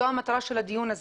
זאת המטרה של הדיון הזה.